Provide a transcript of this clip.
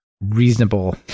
reasonable